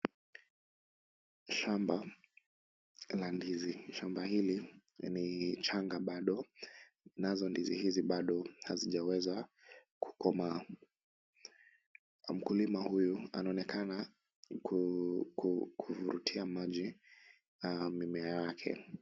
Shamba la ndizi ,shamba hili ni changa bado ,nazo ndizi hizi bado hajiweza kukomaa ,mkulima huyu anaonekana kuvurutia maji mimea yake .